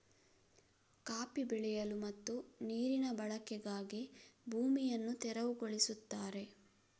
coffee ಬೆಳೆಯಲು ಮತ್ತು ನೀರಿನ ಬಳಕೆಗಾಗಿ ಭೂಮಿಯನ್ನು ತೆರವುಗೊಳಿಸುತ್ತಾರೆ